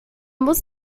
muss